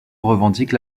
revendiquent